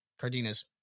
cardenas